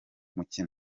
mukino